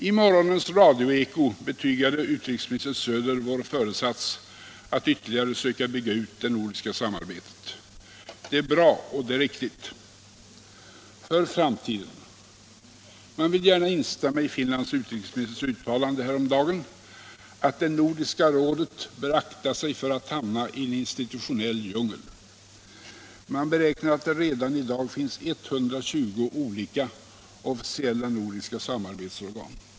I morgonens radioeko betygade utrikesminister Söder vår föresats att ytterligare söka bygga ut det nordiska samarbetet. Det är bra och det är riktigt. För framtiden: Man vill gärna instämma i Finlands utrikesministers uttalande häromdagen, att Nordiska rådet bör akta sig för att hamna i en institutionell djungel. Man beräknar att det redan i dag finns 120 olika officiella nordiska samarbetsorgan!